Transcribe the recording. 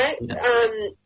Right